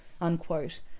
Unquote